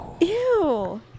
Ew